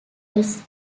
rights